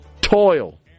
toil